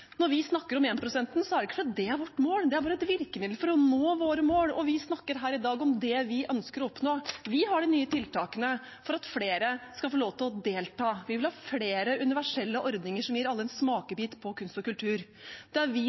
Når vi snakker om 1-prosenten, er det ikke fordi det er vårt mål. Det er bare et virkemiddel for å nå våre mål. Vi snakker her i dag om det vi ønsker å oppnå. Vi har de nye tiltakene for at flere skal få lov til å delta, vi vil ha flere universelle ordninger som gir alle en smakebit på kunst og kultur. Det er vi som har de nye grepene for å styrke kunstnerøkonomien, og det er vi